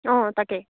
অঁ তাকে